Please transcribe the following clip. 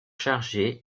chargé